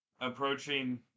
Approaching